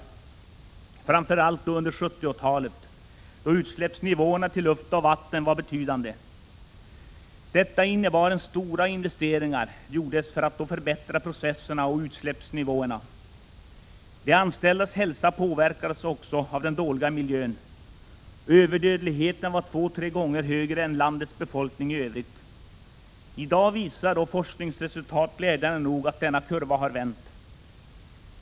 Det gäller framför allt under 70-talet, då mängden utsläpp till luft och vatten var betydande. Detta innebar att stora investeringar gjordes för att förbättra processerna och minska utsläppsnivåerna. De anställdas hälsa påverkades också av den dåliga miljön. Överdödligheten var två till tre gånger större än hos landets befolkning i övrigt. I dag visar forskningsresultat glädjande nog att denna kurva har vänt.